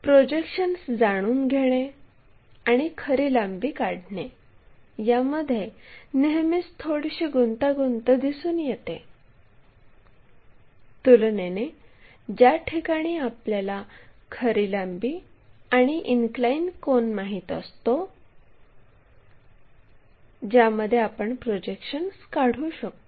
तर प्रोजेक्शन्स जाणून घेणे आणि खरी लांबी काढणे यामध्ये नेहमीच थोडीशी गुंतागुंत दिसून येते तुलनेने ज्या ठिकाणी आपल्याला खरी लांबी आणि इनक्लाइन कोन माहित असतो ज्यामध्ये आपण प्रोजेक्शन्स काढू शकतो